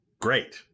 great